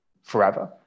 forever